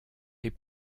est